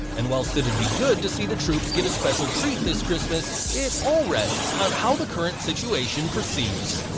and whilst it'd be good to see the troops get a special treat this christmas, it all rests on how the current situation proceeds.